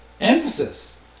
emphasis